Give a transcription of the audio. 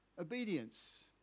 Obedience